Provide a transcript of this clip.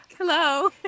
Hello